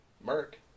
Merc